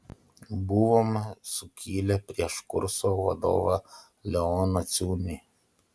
buvome sukilę prieš kurso vadovą leoną ciunį